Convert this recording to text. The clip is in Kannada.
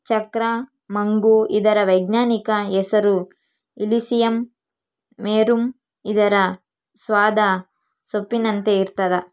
ಚಕ್ರ ಮಗ್ಗು ಇದರ ವೈಜ್ಞಾನಿಕ ಹೆಸರು ಇಲಿಸಿಯಂ ವೆರುಮ್ ಇದರ ಸ್ವಾದ ಸೊಂಪಿನಂತೆ ಇರ್ತಾದ